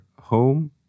home